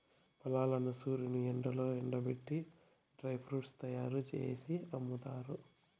ఫలాలను సూర్యుని ఎండలో ఎండబెట్టి డ్రై ఫ్రూట్స్ తయ్యారు జేసి అమ్ముతారు